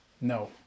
No